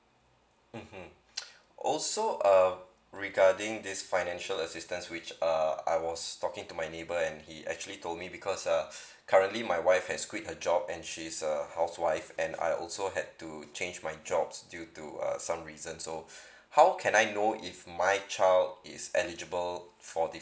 mmhmm also uh regarding this financial assistance which uh I was talking to my neighbour and he actually told me because uh currently my wife has quit her job and she's a housewife and I also had to change my jobs due to uh some reason so how can I know if my child is eligible for this